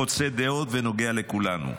חוצה דעות ונוגע לכולנו.